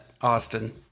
Austin